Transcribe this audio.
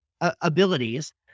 abilities